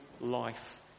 life